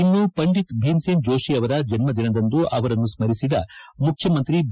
ಇನ್ನು ಪಂಡಿತ್ ಭೀಮ್ ಸೇನ್ ಜೋತಿ ಅವರ ಜನ್ನದಿನದಂದು ಅವರನ್ನು ಸ್ನರಿಸಿದ ಮುಖ್ಯಮಂತ್ರಿ ಬಿ